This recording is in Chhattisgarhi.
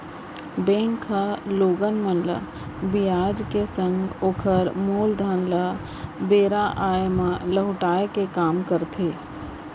बेंक ह लोगन मन ल बियाज के संग ओकर मूलधन ल बेरा आय म लहुटाय के काम करथे